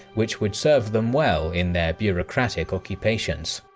which would serve them well in their bureaucratic occupations.